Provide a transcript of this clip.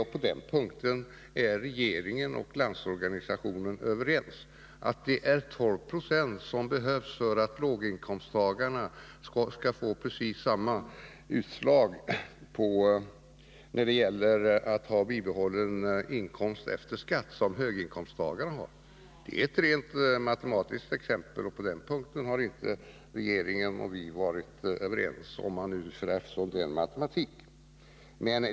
Faktum är ju att regeringen och Landsorganisationen är överens om att det behövs 12 96 löneökning för att låginkomsttagarna skall få precis samma utslag som höginkomsttagarna när det gäller bibehållen inkomst efter skatt. Det är ett rent matematiskt exempel.